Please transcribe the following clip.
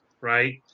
right